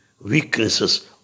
weaknesses